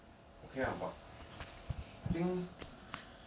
ya that's why they are flaming what I never flame I just tell you what they say